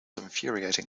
infuriating